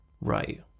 right